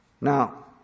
Now